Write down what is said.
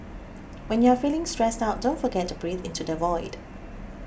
when you are feeling stressed out don't forget to breathe into the void